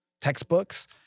textbooks